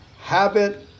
habit